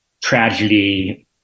tragedy